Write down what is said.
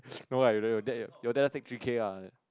no lah you dad you dad just take three K lah